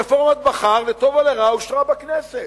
רפורמת בכר, לטוב או לרע, אושרה בכנסת,